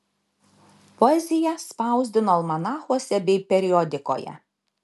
poeziją spausdino almanachuose bei periodikoje